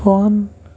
ہۄن